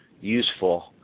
useful